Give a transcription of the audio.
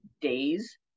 days